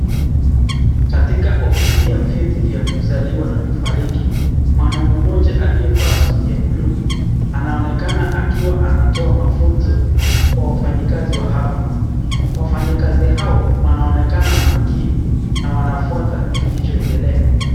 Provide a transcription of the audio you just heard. Katika ofisi ya vyeti vya kuzaliwa na kufariki . Mwanaume mmoja aliye vaa suti ya blue anaonekana akiwa anatoa mafunzo kwa wafanyikasi wa hapa. Wafanyikasi Hao wanaonekana makini na wanafwata kilicho endelea.